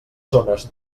zones